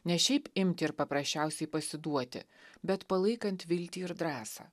ne šiaip imti ir paprasčiausiai pasiduoti bet palaikant viltį ir drąsą